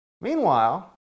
Meanwhile